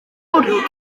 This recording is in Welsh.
bwrw